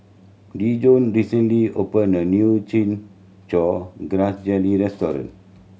Dijon recently opened a new Chin Chow Grass Jelly restaurant